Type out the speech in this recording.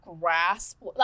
grasp